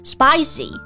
Spicy